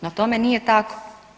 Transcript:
No, tome nije tako.